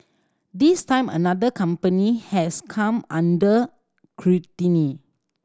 this time another company has come under